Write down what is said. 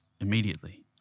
immediately